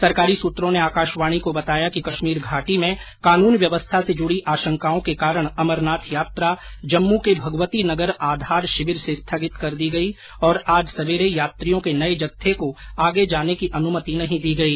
सरकारी सूत्रों ने आकाशवाणी को बताया कि केश्मीर घाटी में कानून व्यवस्था से जुड़ी आशंकाओं के कारण अमरनाथ यात्रा जम्मू के भगवती नगर आधार शिविर से स्थगित कर दी गई और आज सवेरे यात्रियों के नए जत्थे को आगे जाने की अनुमति नहीं दी गई